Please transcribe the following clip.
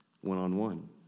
one-on-one